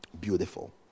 Beautiful